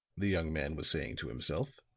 the young man was saying to himself,